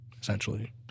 essentially